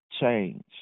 change